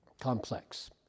complex